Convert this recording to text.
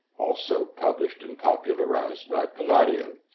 also published and popularized by palladio.